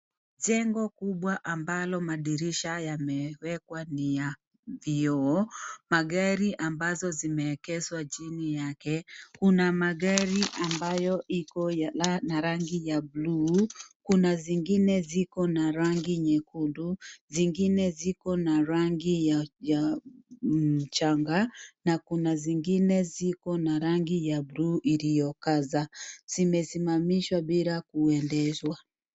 Jengo kubwa ambalo madirisha yamewekwa ni ya vioo. Magari ambazo zimeegeshwa chini yake. Kuna magari ambayo iko na rangi ya buluu. Kuna zingine ziko na rangi nyekundu, zingine ziko na rangi ya mchanga na kuna zingine ziko na rangi ya buluu iliyokaza. Zimesimamishwa bila kuendeshwa.